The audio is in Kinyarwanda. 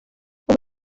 ubu